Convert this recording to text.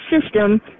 system